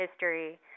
history